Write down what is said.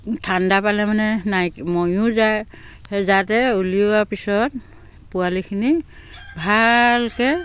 ঠাণ্ডা পালে মানে মৰিও যায় যাতে উলিওৱা পিছত পোৱালিখিনি ভালকৈ